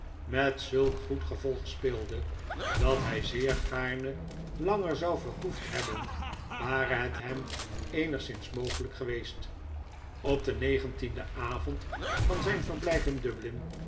met zulk goed gevolg speelde dat hij zeer gaarne langer zou vertoefd hebben ware het hem eenigszins mogelijk geweest op den negentienden avond van zijn verblijf in